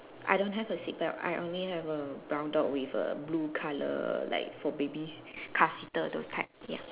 I don't have a seat belt I only have a brown dog with a blue colour like for baby car seater those type ya